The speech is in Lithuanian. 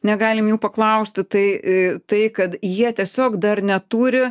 negalim jų paklausti tai tai kad jie tiesiog dar neturi